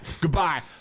Goodbye